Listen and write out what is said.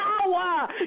power